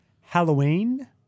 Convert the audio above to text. Halloween